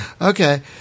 Okay